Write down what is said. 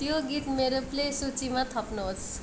त्यो गीत मेरो प्ले सुचिमा थप्नुहोस्